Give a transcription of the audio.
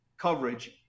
coverage